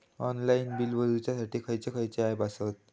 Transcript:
Online bill भरुच्यासाठी खयचे खयचे ऍप आसत?